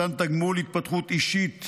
מתן תגמול התפתחות אישית